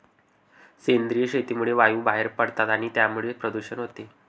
सेंद्रिय शेतीमुळे वायू बाहेर पडतात आणि त्यामुळेच प्रदूषण होते